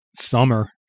summer